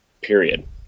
period